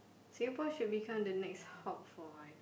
Singapore should become the next hub for